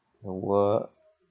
the world